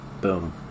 Boom